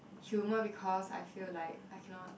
humour because I feel like I cannot